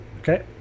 Okay